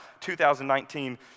2019